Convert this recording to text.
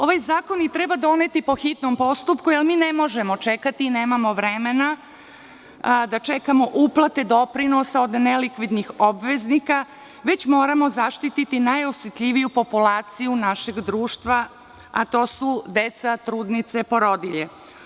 Ovaj zakon treba doneti po hitnom postupku jer mi ne možemo čekati i nemamo vremena da čekamo uplate doprinosa od nelikvidnih obveznika već moramo zaštiti najosetljiviju populaciju našeg društva, a to su deca, trudnice, porodilje.